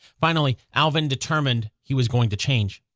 finally, alvin determined he was going to change.